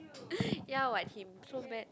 ya what him so bad